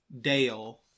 Dale